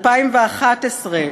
2011,